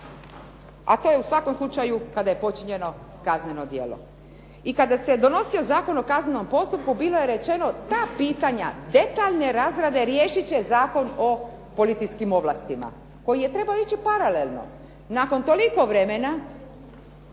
a to je u svakom slučaju kada je počinje kazneno djelo. I kada se donosio Zakon o kaznenom postupku bilo je rečeno ta pitanja detaljne razrade riješit će Zakon o policijskim ovlastima koji je trebao ići paralelno. Nakon toliko vremena